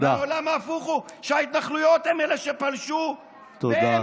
והעולם הפוך הוא שההתנחלויות הן שפלשו, תודה.